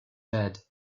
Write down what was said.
bed